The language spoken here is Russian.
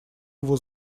его